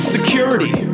Security